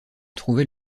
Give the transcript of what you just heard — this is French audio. trouvait